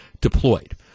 deployed